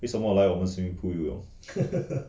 为什么来我们 swimming pool 游泳